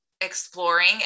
exploring